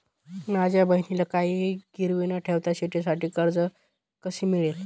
माझ्या बहिणीला काहिही गिरवी न ठेवता शेतीसाठी कर्ज कसे मिळेल?